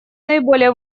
наиболее